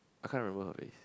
I can't remember her face